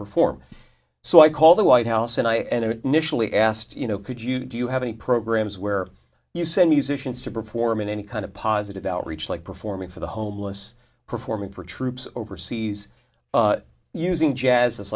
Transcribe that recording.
perform so i called the white house and i asked you know could you do you have any programs where you send musicians to performing any kind of positive outreach like performing for the homeless performing for troops overseas using jazz